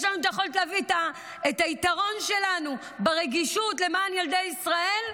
יש לנו את היכולת להביא את היתרון שלנו ברגישות למען ילדי ישראל,